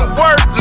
work